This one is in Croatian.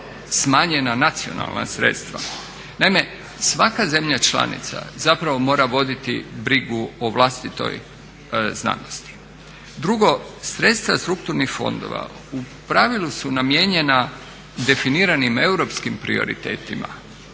smanjena nacionalna sredstva. Naime, svaka zemlja članica zapravo mora voditi brigu o vlastitoj znanosti. Drugo, sredstva strukturnih fondova u pravilu su namijenjena definiranim europskim prioritetima,